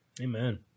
Amen